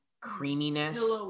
creaminess